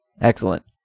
excellent